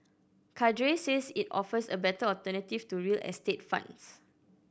Cadre says it offers a better alternative to real estate funds